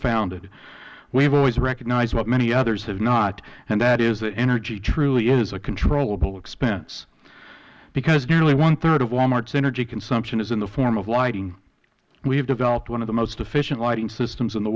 founded we have always recognized what many others have not and that is that energy truly is a controllable expense because nearly one third of wal mart's energy consumption is in the form of lighting we have developed one of the most efficient lighting systems in the